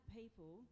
people